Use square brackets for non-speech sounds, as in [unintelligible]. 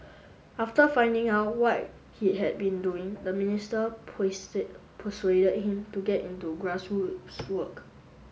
after finding out what he had been doing the minister [unintelligible] persuaded him to get into grass roots work